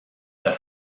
their